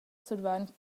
survain